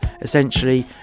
essentially